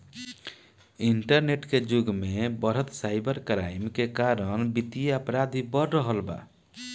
internet के जुग में बढ़त साइबर क्राइम के कारण वित्तीय अपराध भी बढ़ रहल बा